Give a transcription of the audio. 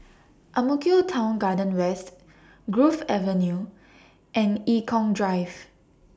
Ang Mo Kio Town Garden West Grove Avenue and Eng Kong Drive